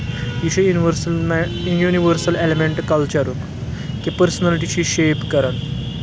یہِ چھُ universal universal ایٚلِمنٛٹہٕ کَلچَرُک کہِ پٔرسٕنلٹی چھِ یہِ شیپ کران